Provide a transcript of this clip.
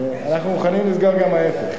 אנחנו מוכנים לסגור גם ההיפך,